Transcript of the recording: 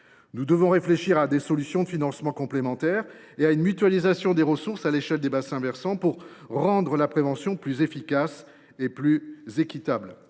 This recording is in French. Nous devons réfléchir à des solutions de financement complémentaires et à une mutualisation des ressources à l’échelle des bassins versants pour rendre la prévention plus efficace et plus équitable.